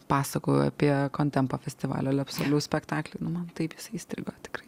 pasakojau apie kontempo festivalio liapsalių spektaklį man taip jisai įstrigo tikrai